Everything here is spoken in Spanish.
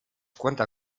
cuenta